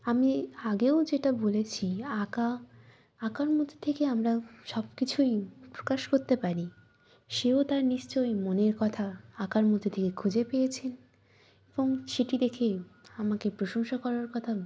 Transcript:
আমি আগেও যেটা বলেছি আঁকা আঁকার মধ্যে থেকে আমরা সবকিছুই প্রকাশ করতে পারি সেও তার নিশ্চয়ই মনের কথা আঁকার মধ্যে থেকে খুঁজে পেয়েছেন এবং সেটি দেখে আমাকে প্রশংসা করার কথা